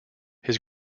his